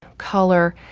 color,